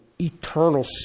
eternal